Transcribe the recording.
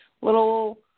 little –